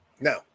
Now